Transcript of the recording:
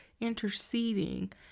interceding